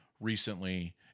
recently